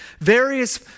various